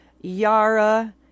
Yara